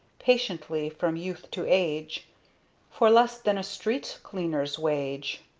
patiently from youth to age for less than a street cleaner's wage!